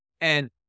And-